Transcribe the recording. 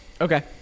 okay